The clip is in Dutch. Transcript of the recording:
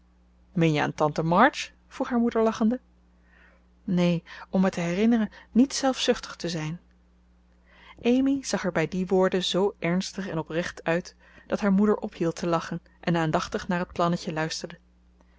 meen je aan tante march vroeg haar moeder lachende neen om me te herinneren niet zelfzuchtig te zijn amy zag er bij die woorden zoo ernstig en oprecht uit dat haar moeder ophield te lachen en aandachtig naar het plannetje luisterde